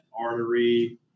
artery